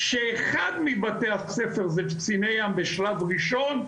שאחד מבתי הספר זה קציני ים בשלב ראשון,